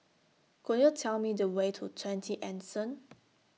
Could YOU Tell Me The Way to twenty Anson